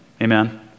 Amen